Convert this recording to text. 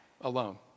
alone